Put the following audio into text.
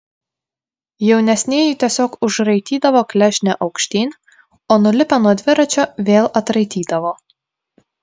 jaunesnieji tiesiog užraitydavo klešnę aukštyn o nulipę nuo dviračio vėl atraitydavo